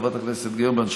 חברת הכנסת גרמן,